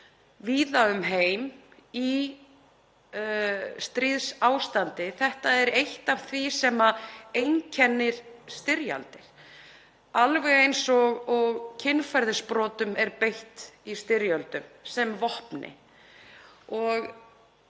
víða um heim í stríðsástandi. Þetta er eitt af því sem einkennir styrjaldir alveg eins og kynferðisbrotum er beitt í styrjöldum sem vopni